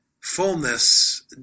fullness